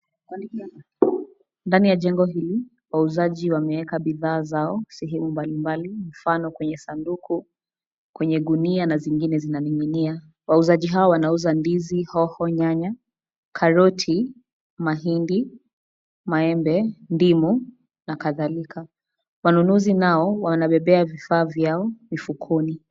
Ndani ya jengo hili wauzaji wameweka bidhaa zao sehemu mbalimbali, mfano kwenye sanduku, kwenye gunia na zingine zina ninginia. Wauzaji hawa wanauza ndizi, hoho, nyanya, karoti, mahindi, maembe, ndimu na kadhalika. Wanunuzi nao wanabebea vifaa vyao mifukoni.